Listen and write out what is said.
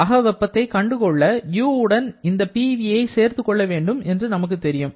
அக வெப்பத்தை கண்டு கொள்ள U உடன் இந்த PV ஐ சேர்த்து கொள்ள வேண்டும் என்று நமக்குத் தெரியும்